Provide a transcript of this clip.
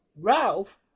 Ralph